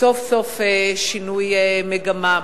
סוף-סוף שינוי מגמה.